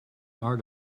art